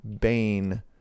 Bane